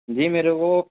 جی میرے کو